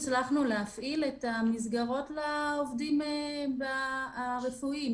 הצלחנו להפעיל את המסגרות לעובדים הרפואיים,